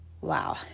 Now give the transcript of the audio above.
Wow